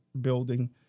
building